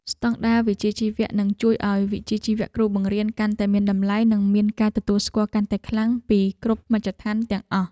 ស្តង់ដារវិជ្ជាជីវៈនឹងជួយឱ្យវិជ្ជាជីវៈគ្រូបង្រៀនកាន់តែមានតម្លៃនិងមានការទទួលស្គាល់កាន់តែខ្លាំងពីគ្រប់មជ្ឈដ្ឋានទាំងអស់។